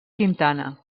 quintana